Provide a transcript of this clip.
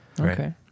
Okay